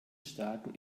staaten